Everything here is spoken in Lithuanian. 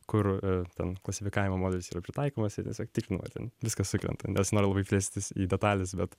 kur ten klasifikavimo modelis yra pritaikomas ir tiesiog tikrina ar ten viskas sukrenta nesinori labai plėstis į detales bet